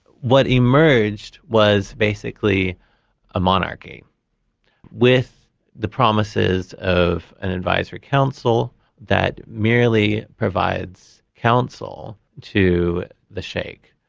what emerged was basically a monarchy with the promises of an advisory council that merely provides counsel to the sheikh,